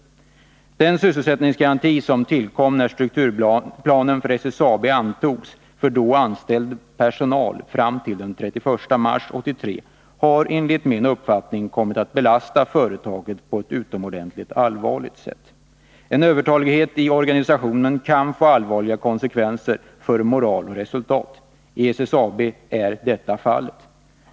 Den sysselsättningsgaranti som tillkom när strukturplanen för SSAB antogs och som avsåg då anställd personal fram till den 31 mars 1983 har enligt min uppfattning kommit att belasta företaget på ett utomordentligt allvarligt sätt. En övertalighet i organisationen kan få allvarliga konsekvenser för moral och resultat. Beträffande SSAB är detta fallet.